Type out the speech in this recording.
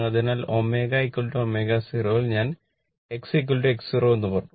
അതിനാൽ ωω0 ൽ ഞാൻ XX 0 എന്ന് പറഞ്ഞു